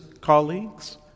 colleagues